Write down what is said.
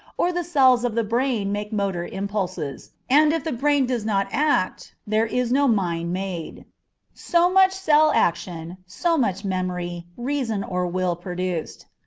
or the cells of the brain make motor impulses, and if the brain does not act there is no mind made so much cell action, so much memory, reason, or will produced.